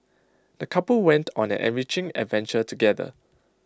the couple went on an enriching adventure together